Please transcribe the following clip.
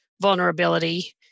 vulnerability